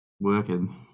working